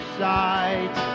sight